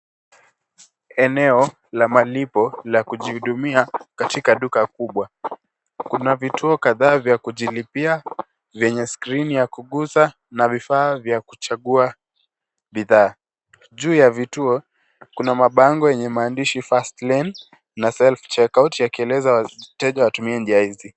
Eneo la malipo la kujihudumia katika duka kubwa, kuna vituo kadhaa vya kujilipia lenye skrini ya kugusa na vifaa vya kuchagua bidhaa. Juu ya vituo kuna mabango yenye maandishi fast lane na self-checkout yakieleza wateja watumie njia hizi.